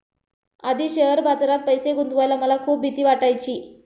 आधी शेअर बाजारात पैसे गुंतवायला मला खूप भीती वाटायची